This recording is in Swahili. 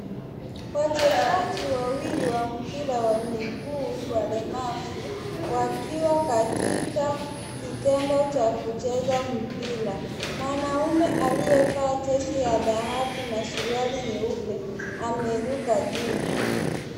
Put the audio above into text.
Wachezaji wawili wa mpira wa miguu walemavu wakiwa katika kitendo cha kucheza mpira. Mwanaume aliyevaa jezi ya dhahabu na suruali nyeupe ameruka juu.